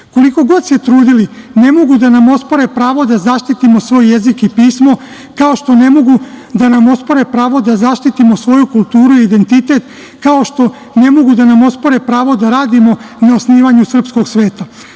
godina. Koliko god se trudili ne mogu da nam ospore pravo da zaštitimo svoj jezik i pismo, kao što ne mogu da nam ospore pravo da zaštitimo svoju kulturu i identitet, kao što ne mogu da nam ospore pravo da radimo na osnivanju srpskog sveta.